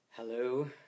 Hello